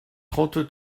trente